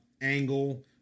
angle